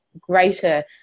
greater